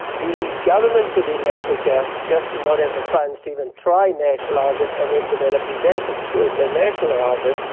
the governments within africa just do not have the funds to even try to nationalise it and then develop these assets. sure, if they nationalise it,